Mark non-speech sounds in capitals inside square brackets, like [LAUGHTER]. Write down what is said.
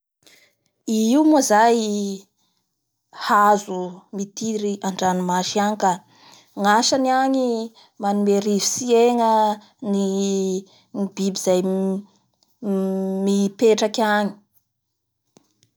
I io moa zay hazo mitiry andranomasy angy ka ny asany angy manome rivotsy iegna ny biby izay mi- [HESITATION] mipetraky agny.